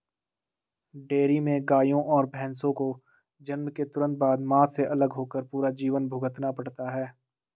dairy में गायों और भैंसों को जन्म के तुरंत बाद, मां से अलग होकर पूरा जीवन भुगतना पड़ता है